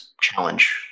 challenge